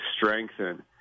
strengthen